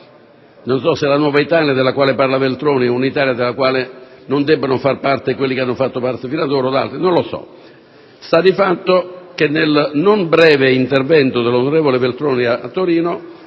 Non so se la nuova Italia di cui parla Veltroni sia un'Italia della quale non debbano far parte quelli che ci sono stati fino ad ora o altro. Non lo so, sta di fatto che nel non breve intervento dell'onorevole Veltroni a Torino